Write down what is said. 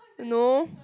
no